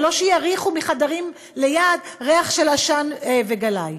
ולא שיריחו מחדרים ליד ריח של עשן וגלאי.